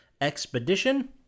expedition